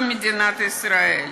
במדינת ישראל.